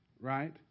right